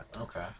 Okay